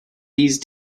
these